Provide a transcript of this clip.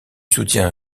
soutien